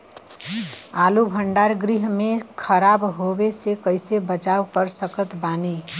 आलू भंडार गृह में खराब होवे से कइसे बचाव कर सकत बानी?